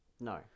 No